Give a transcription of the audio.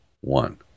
one